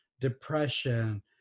depression